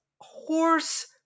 horse